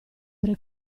pre